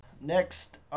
next